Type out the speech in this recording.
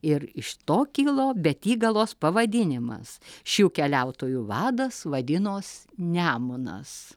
ir iš to kilo betygalos pavadinimas šių keliautojų vadas vadinos nemunas